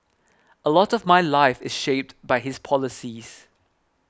a lot of my life is shaped by his policies